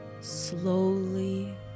Slowly